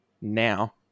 now